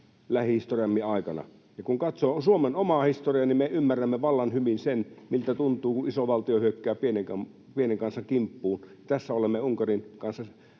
lähihistoriamme aikana, ja kun katsoo Suomen omaa historiaa, niin me ymmärrämme vallan hyvin sen, miltä tuntuu, kun iso valtio hyökkää pienen kansan kimppuun. Tässä olemme Ukrainan kanssa